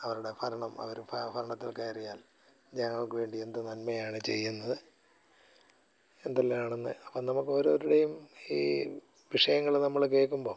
അവരുടെ ഭരണം അവർ ഭരണത്തിൽ കയറിയാൽ ഞങ്ങൾക്ക് വേണ്ടി എന്ത് നന്മയാണ് ചെയ്യുന്നത് എന്തെല്ലാമാണെന്ന് അത് നമുക്ക് ഓരോരുത്തരുടേയും ഈ വിഷയങ്ങൾ നമ്മൾ കേൾക്കുമ്പം